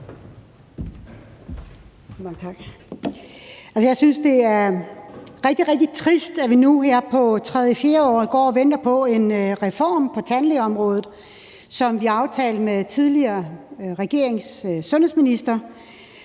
Jeg synes, det er rigtig, rigtig trist, at vi nu her på tredje-fjerde år går og venter på en reform på tandlægeområdet, som vi aftalte med den tidligere regerings sundhedsminister,